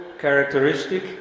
characteristic